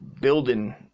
building